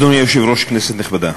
אדוני היושב-ראש, כנסת נכבדה,